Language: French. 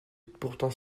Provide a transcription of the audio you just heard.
pourtant